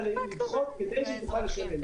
אלא לדחות כדי שהיא תוכל לשלם.